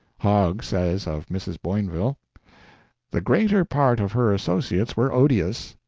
hogg says of mrs. boinville the greater part of her associates were odious.